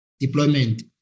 deployment